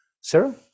Sarah